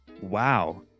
wow